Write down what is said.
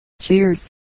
Cheers